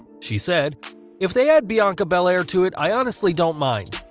she said if they add bianca belair to it, i honestly don't mind.